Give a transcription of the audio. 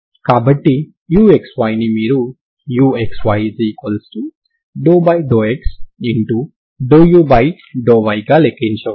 కాబట్టి uxyని మీరు uxy∂x∂u∂y గా లెక్కించవచ్చు